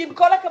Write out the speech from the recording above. שעם כל הכבוד,